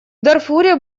дарфуре